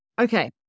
Okay